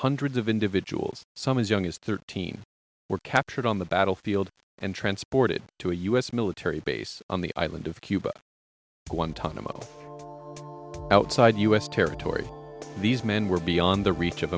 hundreds of individuals some as young as thirteen were captured on the battlefield and transported to a u s military base on the island of cuba guantanamo outside u s territory these men were beyond the reach of